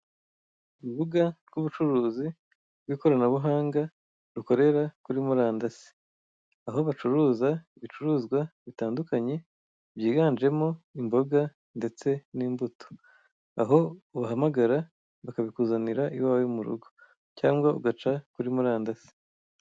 Urubuga rw'ubucuruzi bw'ikoranabuhanga, rukorera kuri murandasi. Aho bacuruza bicuruzwa bitandukanye, byiganjemo imboga ndetse n'imbuto. Aho ubahamagara, bakabikuzanira iwawe mu rugo. Cyangwa ugaca kuri murandasi.